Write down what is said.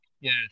Yes